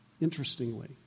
interestingly